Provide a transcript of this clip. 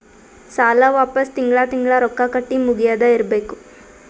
ಸಾಲ ವಾಪಸ್ ತಿಂಗಳಾ ತಿಂಗಳಾ ರೊಕ್ಕಾ ಕಟ್ಟಿ ಮುಗಿಯದ ಇರ್ಬೇಕು